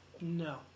No